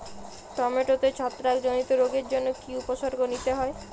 টমেটোতে ছত্রাক জনিত রোগের জন্য কি উপসর্গ নিতে হয়?